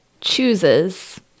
chooses